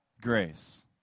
Grace